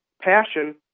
passion